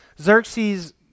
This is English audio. Xerxes